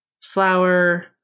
flour